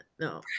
no